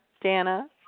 Dana